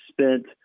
spent